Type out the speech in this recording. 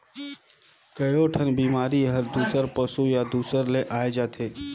कयोठन बेमारी हर दूसर पसु या दूसर ले आये जाथे